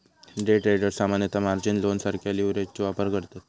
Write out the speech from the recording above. day traders सामान्यतः margin लोनसारख्या लीव्हरेजचो वापर करतत